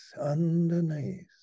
underneath